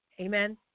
Amen